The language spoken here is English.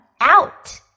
out